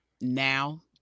now